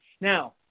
Now